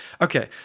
Okay